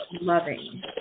loving